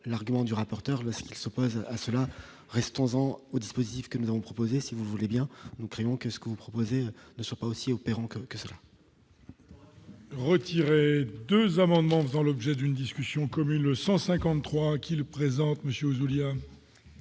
l'argument du rapporteur le il s'oppose à cela reste 11 ans au dispositif que nous avons proposé, si vous voulez bien nous craignons que ce que vous proposez ne soit pas aussi opérant en quelque sorte. Retirer 2 amendements dans l'objet d'une discussion commune le 153 qui le présente monsieur Ouzoulias.